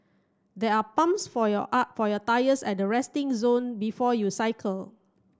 there are pumps for your are for your tyres at the resting zone before you cycle